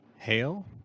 Hail